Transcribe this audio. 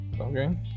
Okay